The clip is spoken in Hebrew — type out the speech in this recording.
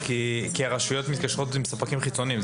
כי הרשויות מתקשרות עם ספקים חיצוניים.